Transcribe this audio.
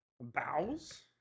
bowels